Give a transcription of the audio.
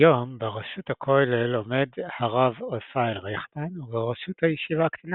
כיום בראשות הכולל עומד הרב רפאל רייכמן ובראשות הישיבה הקטנה